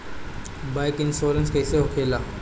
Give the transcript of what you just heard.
Bike insurance कैसे होखे ला?